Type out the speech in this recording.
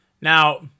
now